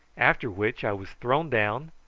after which i was thrown down,